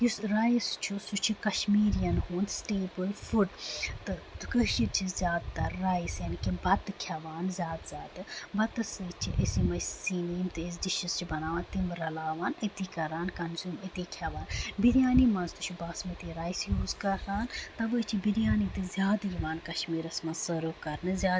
یُس رایِس چھُ سُہ چھُ کَشمیٖرین ہُند سِٹیپٕل فُڈ تہٕ کٔشیٖرۍ چھِ زیادٕ تر رایس یعنے کہِ بَتہٕ کھٮ۪وان زیادٕ زیادٕ بَتَس سۭتۍ چھِ أسۍ یِمے سیِنۍ ویِنۍ یِم تہِ أسۍ ڈِشِز چھِ بَناوان تِم رَلاوان أتی کران کَنزوٗم أتی کھٮ۪وان بِریانی منٛز تہِ چھُ باسمٕتی رایِس یوٗز کران تَوے چھُ بِریانی تہِ زیادٕ یِوان کَشمیٖرس منٛزسٔرٕو کرنہٕ زیادٕ یِوان